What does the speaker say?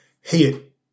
hey